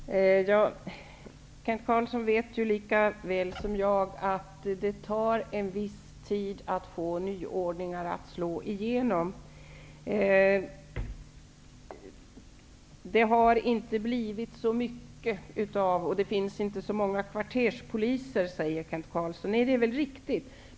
Herr talman! Kent Carlsson vet lika väl som jag att det tar en viss tid att få nyordningar att slå igenom. Kent Carlsson säger att det inte finns så många kvarterspoliser. Det är väl riktigt.